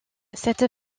cette